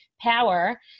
power